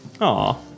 Aw